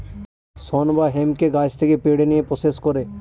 শন বা হেম্পকে গাছ থেকে পেড়ে নিয়ে প্রসেস করে